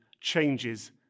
changes